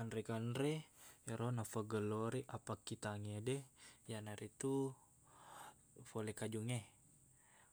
Anre-kanre ero nafegellori appakkitangngede iyanaritu fole kajungnge